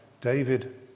David